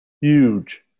Huge